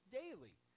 daily